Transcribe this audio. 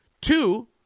Two